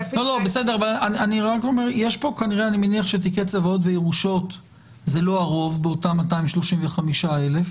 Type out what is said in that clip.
אני מניח שתיקי צוואות וירושות זה לא הרוב מאותם 235,000,